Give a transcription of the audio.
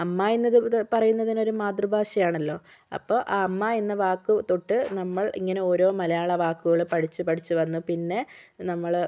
അമ്മ എന്ന് പറയുന്നത് തന്നെ ഒരു മാതൃഭാഷ ആണല്ലോ അപ്പോൾ ആ അമ്മ എന്ന വാക്ക് തൊട്ട് നമ്മൾ ഇങ്ങനെ ഓരോ മലയാള വാക്കുകള് പഠിച്ച് പഠിച്ച് വന്ന് പിന്നെ നമ്മള്